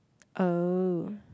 oh